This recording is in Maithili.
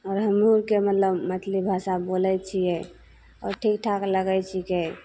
आओर हमहुँके मतलब मैथिली भाषा बोलैत छियै आओर ठीक ठाक लगैत छिकै